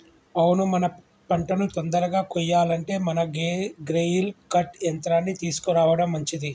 అవును మన పంటను తొందరగా కొయ్యాలంటే మనం గ్రెయిల్ కర్ట్ యంత్రాన్ని తీసుకురావడం మంచిది